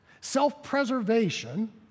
Self-preservation